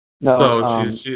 No